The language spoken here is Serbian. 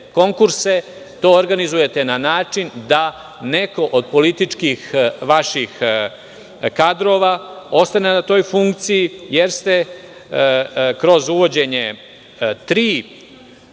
konkurse, to organizujete na način da neko od vaših političkih kadrova ostane na toj funkciji, jer ste kroz uvođenje tri